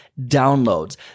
Downloads